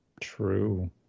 True